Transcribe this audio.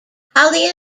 holly